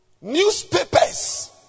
Newspapers